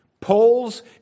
Polls